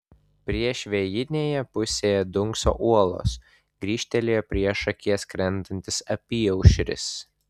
priešvėjinėje pusėje dunkso uolos grįžtelėjo priešakyje skrendantis apyaušris